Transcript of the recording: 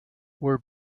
were